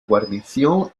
guarnición